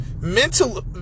Mental